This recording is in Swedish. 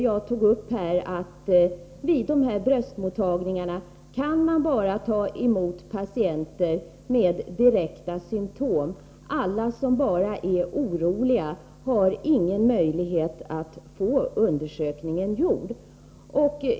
Jag tog upp här att man vid bröstmottagningarna kan ta emot bara patienter med direkta symtom. Alla som enbart är oroliga har inga möjligheter att få en undersökning gjord.